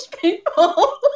people